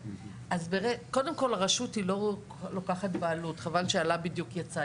אנשים כמו דורית, עם אודי גת, מאיר יצחק הלוי,